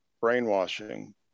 brainwashing